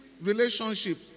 relationship